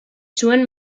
zuen